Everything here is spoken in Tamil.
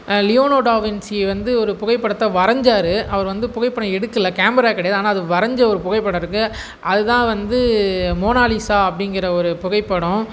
லியோனோடோ டாவின்சி வந்து ஒரு புகைப்படத்தை வரைஞ்சாரு அவர் வந்து புகைப்படம் எடுக்கலை கேமரா கிடையாது ஆனால் அது வரைஞ்ச ஒரு புகைப்படம் இருக்குது அதுதான் வந்து மோனாலிசா அப்படிங்கிற ஒரு புகைப்படம்